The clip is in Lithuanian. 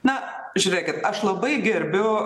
na žiūrėkit aš labai gerbiu